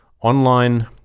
online